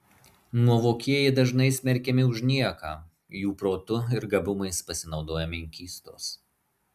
nuovokieji dažnai smerkiami už nieką jų protu ir gabumais pasinaudoja menkystos